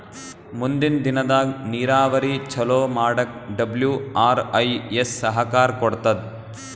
ಮುಂದಿನ್ ದಿನದಾಗ್ ನೀರಾವರಿ ಚೊಲೋ ಮಾಡಕ್ ಡಬ್ಲ್ಯೂ.ಆರ್.ಐ.ಎಸ್ ಸಹಕಾರ್ ಕೊಡ್ತದ್